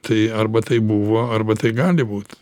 tai arba tai buvo arba tai gali būt